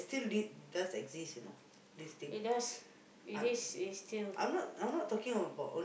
it does it is is still